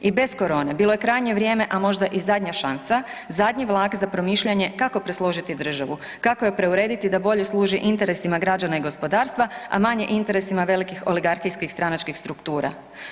I bez korone bilo je krajnje vrijeme, a možda i zadnja šansa, zadnji vlak za promišljanje kako presložiti državu, kako je preurediti da bolje služi interesima građana i gospodarstva, a manje interesima velikih oligarhijskih stranačkih struktura?